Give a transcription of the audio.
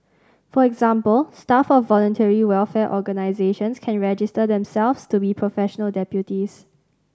for example staff of voluntary welfare organisations can register themselves to be professional deputies